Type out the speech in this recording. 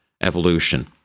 evolution